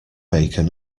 bacon